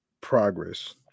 progress